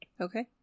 Okay